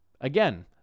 again